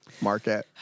Market